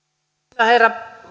arvoisa herra